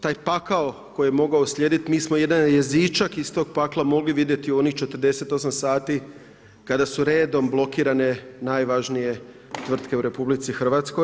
Taj pakao koji je mogao uslijediti, mi smo jedan jezičak iz tog pakla mogli vidjeti u onih 48 sati kada su redom blokirane najvažnije tvrtke u RH.